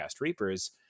reapers